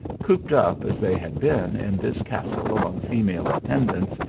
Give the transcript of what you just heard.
cooped up as they had been in this castle among female attendants,